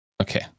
Okay